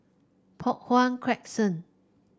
Poh Huat Crescent